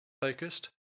focused